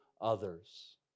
others